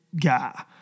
guy